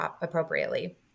appropriately